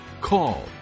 call